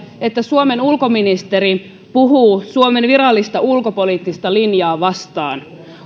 että suomen ulkoministeri puhuu suomen virallista ulkopoliittista linjaa vastaan